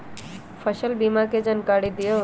फसल बीमा के जानकारी दिअऊ?